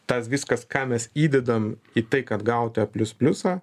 tas viskas ką mes įdedam į tai kad gaut tą plius pliusą